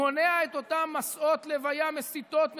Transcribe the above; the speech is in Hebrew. מונע את אותם מסעות לוויה מסיתים,